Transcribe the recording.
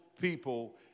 people